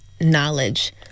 knowledge